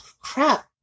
crap